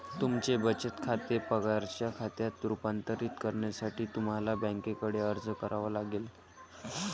तुमचे बचत खाते पगाराच्या खात्यात रूपांतरित करण्यासाठी तुम्हाला बँकेकडे अर्ज करावा लागेल